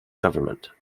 government